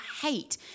hate